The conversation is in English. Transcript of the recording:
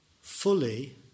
fully